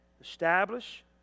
establish